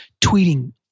tweeting